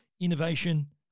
Innovation